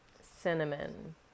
Cinnamon